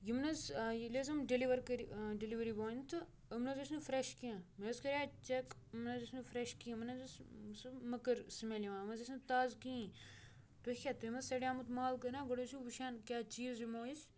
یِم نہ حظ ییٚلہِ حظ یِم ڈٮ۪لِوَر کٔرۍ ڈِلؤری باین تہٕ یِم نہٕ حظ ٲسۍ نہٕ فرٛٮ۪ش کینٛہہ مےٚ حظ کَرے اَتہِ چیک یِم نہ حظ ٲسۍ نہٕ فرٛٮ۪ش کِہیٖنۍ یِمَن حظ ٲس سُہ مٔکٕر سٕمٮ۪ل یِوان یِم نہ حظ ٲسۍ نہٕ تازٕ کِہیٖنۍ تُہۍ کیٛاہ تُہۍ ما سڑیٛامُت مال کٕنان گۄڈٕ ٲسِو وٕچھان کیٛاہ چیٖز دِمو أسۍ